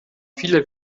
viele